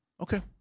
Okay